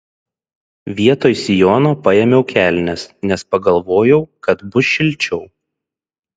vietoj sijono paėmiau kelnes nes pagalvojau kad bus šilčiau